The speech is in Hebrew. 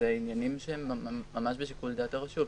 אלה עניינים שהם ממש בשיקול דעת הרשות.